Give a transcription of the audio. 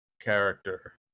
character